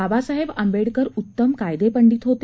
बाबासाहेब आंबेडकर उत्तम कायदेपंडित होते